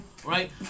Right